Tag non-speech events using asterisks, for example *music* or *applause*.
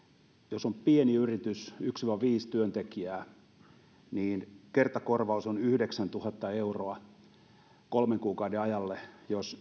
jos on pieni yritys yksi viiva viisi työntekijää niin kertakorvaus on yhdeksäntuhatta euroa kolmen kuukauden ajalle jos *unintelligible*